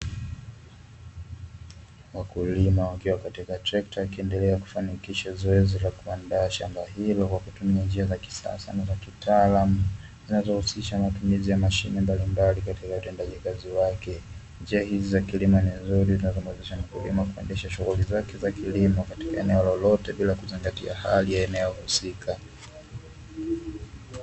Wakulima wakiwa katika trekta wakiendelea kufanikisha zoezi la kuandaa shamba hilo kwa kutumia njia za kisasa na za kitalaamu, zinazohusisha matumizi ya mashine mbalimbali katika utendaji kazi wake, njia hizi za kilimo ni nzuri na zinamwezesha mkulima kuendesha shughuli zake za kilimo katika eneo lolote bila kuzingatia hali ya eneo husika.